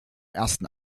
ersten